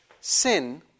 sin